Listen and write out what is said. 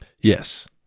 Yes